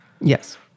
Yes